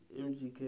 MGK